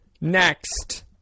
Next